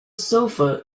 sofa